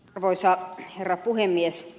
arvoisa herra puhemies